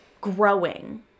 growing